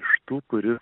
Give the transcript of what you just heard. iš tų kuris